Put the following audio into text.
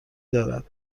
دارد